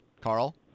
Carl